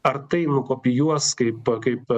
ar tai nukopijuos kaip kaip